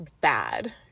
bad